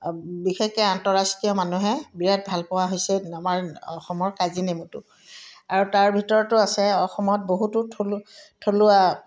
বিশেষকৈ আন্তঃৰাষ্ট্ৰীয় মানুহে বিৰাট ভাল পোৱা হৈছে আমাৰ অসমৰ কাজি নেমুটো আৰু তাৰ ভিতৰতো আছে অসমত বহুতো থ থলুৱা